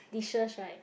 dishes right